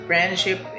Friendship